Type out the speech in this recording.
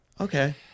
okay